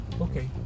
okay